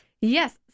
Yes